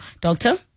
Doctor